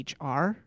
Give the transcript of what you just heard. HR